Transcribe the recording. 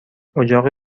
اجاق